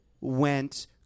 went